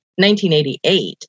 1988